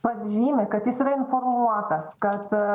pas žymi kad jis yra informuotas kad